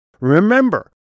Remember